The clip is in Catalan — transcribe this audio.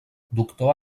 doctor